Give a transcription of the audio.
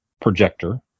projector